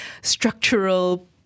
structural